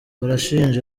barashinja